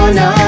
no